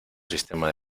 sistema